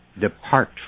depart